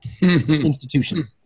institution